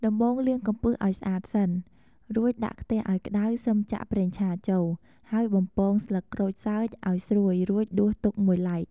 ដំបូងលាងកំពឹសឱ្យស្អាតសិន រួចដាក់ខ្ទះឱ្យក្តៅ សិមចាក់ប្រេងឆាចូល ហើយបំពងស្លឹកក្រូចសើចឱ្យស្រួយរួចដួសទុកមួយឡែក។